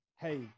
hey